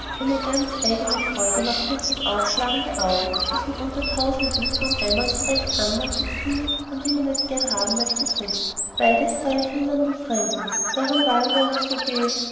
eine ganz eigene freude macht mir auch das aufschlagen der augen das man unter tausenden kaum einmal so recht anmutig sinnig und wie man es gern haben möchte trifft beides sah ich nun an dem fremden darum hat er mir auch so